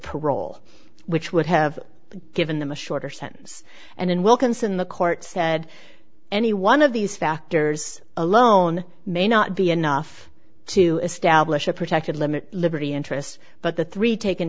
parole which would have given them a shorter sentence and in wilkinson the court said any one of these factors alone may not be enough to establish a protected limit liberty interest but the three taken